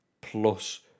Plus